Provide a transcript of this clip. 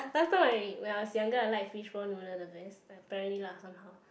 last time I when I was younger I like fishball noodle the best like apparently lah somehow